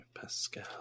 Pascal